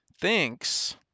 thinks